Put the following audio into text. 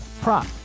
prop